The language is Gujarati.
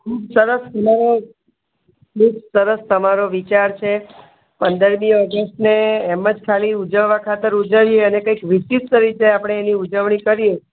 ખૂબ સરસ હું ખૂબ સરસ તમારો વિચાર છે પંદરમી ઓગસ્ટને એમજ ખાલી ઉજવવા ખાતર ઉજવીએ અને કંઈક વિશિષ્ટ તરીકે આપણે એની ઉજવણી કરીએ